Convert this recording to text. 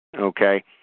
Okay